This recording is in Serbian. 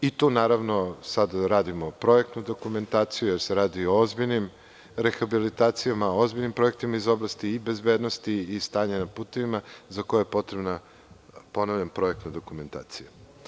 Naravno, sada radimo projektnu dokumentaciju jer se radi o ozbiljnim rehabilitacijama, o ozbiljnim projektima iz oblasti i bezbednosti i stanja na putevima, za koje je potrebna projektna dokumentacija.